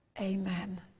Amen